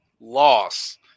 loss